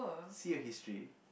see your history